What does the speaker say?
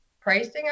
pricing